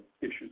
issues